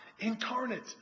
incarnate